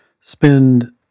spend